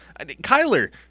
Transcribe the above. Kyler